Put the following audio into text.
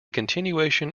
continuation